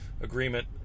agreement